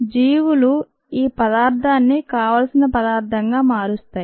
జీవులు ఆ పదార్ధాన్ని కావలసిన పదార్థంగా మారుస్తాయి